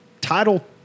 Title